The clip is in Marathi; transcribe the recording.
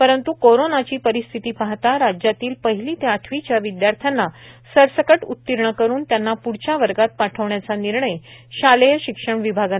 परंतु कोरोनाची परिस्थिती पाहता राज्यातील पहिली ते आठवीच्या विद्यार्थ्यांना सरसकट उतीर्ण करून त्यांना पुढच्या वर्गात पाठवण्याचा निर्णय शालेय शिक्षण विभागानं आज घेतला आहे